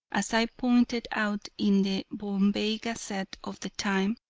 as i pointed out in the bombay gazette of the time,